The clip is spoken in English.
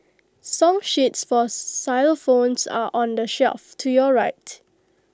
song sheets for xylophones are on the shelf to your right